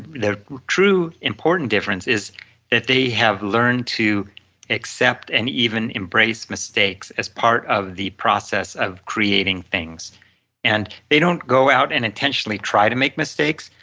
the true important difference is that they have learned to accept and even embrace mistakes as part of the process of creating things and they don't go out and intentionally try to make mistakes,